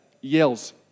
yells